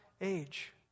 age